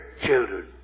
children